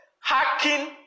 Hacking